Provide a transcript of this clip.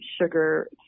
sugar